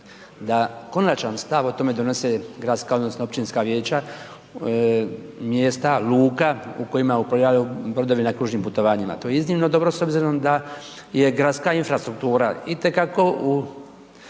da konačan stav o tome donose gradska odnosno općinska vijeća, mjesta, luka u kojima uplovljavaju brodovi na kružnim putovanjima. To je iznimno dobro s obzirom da je gradska infrastruktura i te kako u